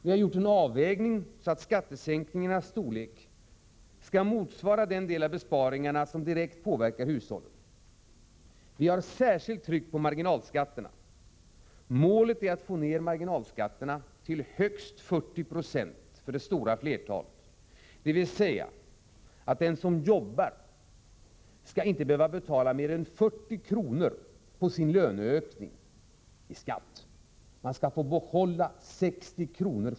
Vi har gjort en avvägning så att skattesänkningarnas storlek skall motsvara den del av besparingarna som direkt påverkar hushållen. Bland skattesänkningarna har vi särskilt betonat marginalskatterna. Målet är att få ned dessa till högst 40 20 för det stora flertalet. Den som jobbar skall alltså inte behöva betala mer än 40 kr. i skatt på varje hundralapp han får i löneökning. Man skall få behålla 60 kr.